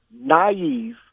naive